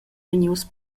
vegnius